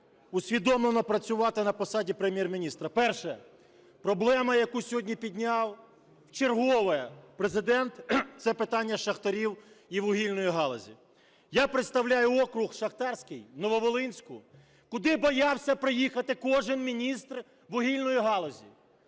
усвідомлено працювати на посаді Прем'єр-міністра. Перше. Проблема, яку підняв вчергове Президент – це питання шахтарів і вугільної галузі. Я представляю округ шахтарський, Нововолинськ, куди боявся приїхати кожен новий міністр вугільної галузі.